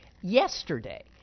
Yesterday